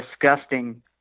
disgusting